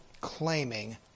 claiming